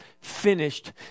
finished